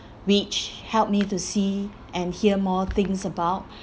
which helped me to see and hear more things about